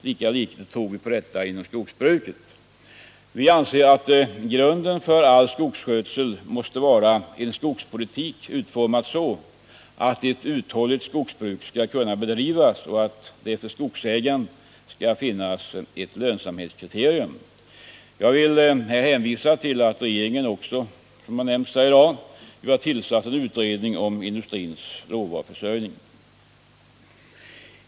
lika litet tror vi på planekonomi i skogsbruket. Grunden för all skogsskötsel måste vara en skogspolitik utformad så att ett uthålligt skogsbruk skall kunna bedrivas och att det för skogsägaren finns ett lönsamhetskriterium. Jag vill hänvisa till att regeringen har tillsatt en utredning om industrins ravaruförsörjning.